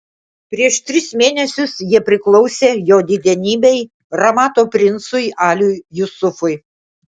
prieš tris mėnesius jie priklausė jo didenybei ramato princui aliui jusufui